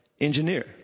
engineer